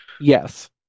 yes